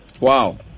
Wow